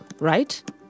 right